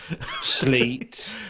Sleet